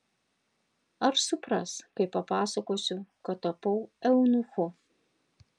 ar supras kai papasakosiu kad tapau eunuchu